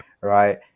Right